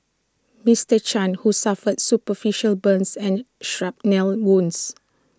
Mister chan who suffered superficial burns and shrapnel wounds